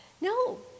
No